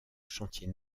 chantier